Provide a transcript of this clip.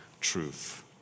Truth